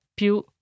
più